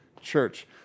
church